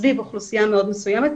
סביב אוכלוסייה מאוד מסויימת,